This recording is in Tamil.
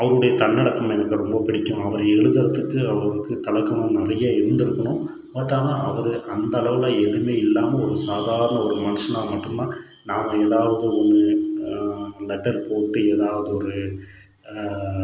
அவருடைய தன்னடக்கம் எனக்கு ரொம்ப பிடிக்கும் அவர் எழுதுறதுக்கு அவருக்கு தலைக்கனம் நிறைய இருந்துருக்கணும் பட் ஆனால் அவர் அந்த அளவுலாம் எதுவுமே இல்லாமல் ஒரு சாதாரண ஒரு மனுஷனாக மட்டுந்தான் நம்ப ஏதாவது ஒரு லெட்டர் போட்டு ஏதாவது ஒரு